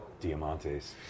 Diamantes